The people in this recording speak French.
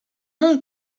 nom